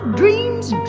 dreams